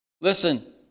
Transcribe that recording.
Listen